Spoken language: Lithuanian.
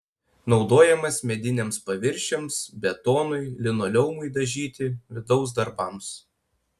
naudojamas mediniams paviršiams betonui linoleumui dažyti vidaus darbams